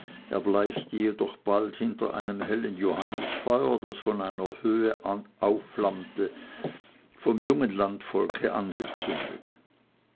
erbleichte jedoch bald hinter einem hellen johannisfeuer das von einer anhöhe aufflammte vom jungen landvolke angezündet